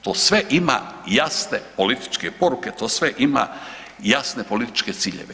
To sve ima jasne političke poruke, to sve ima jasne političke ciljeve.